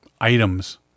items